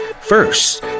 first